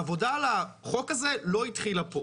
העבודה על החוק הזה לא התחילה פה.